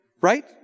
right